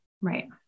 Right